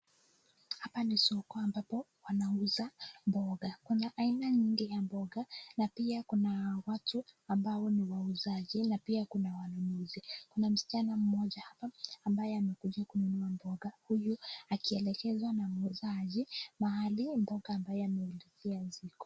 Hapa ni soko ambapo wanauza mboga. Kuna aina nyingi ya mboga na pia kuna watu ambao ni wauzaji na pia kuna wenamwuzia. Kuna msichana mmoja hapa ambaye amekuja kununua mboga huyu akielekeza na mwuzaji mahali mboga ameulizia ziko.